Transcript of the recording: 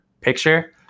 picture